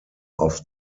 auf